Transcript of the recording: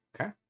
Okay